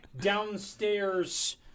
downstairs